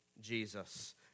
Jesus